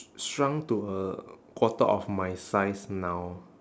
shrunk to a quarter of my size now